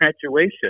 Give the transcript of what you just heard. graduation